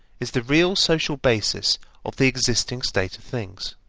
is the real social basis of the existing state of things.